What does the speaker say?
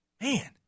man